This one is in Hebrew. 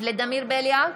ולדימיר בליאק,